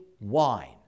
wine